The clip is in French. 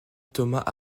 thomas